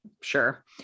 Sure